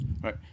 Right